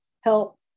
help